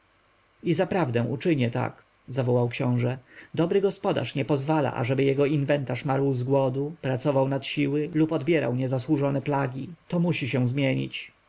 naprawdę uczynię tak zawołał książę dobry gospodarz nie pozwala ażeby jego inwentarz umarł z głodu pracował nad siły lub odbierał niesłuszne plagi to musi się zmienić